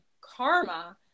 Karma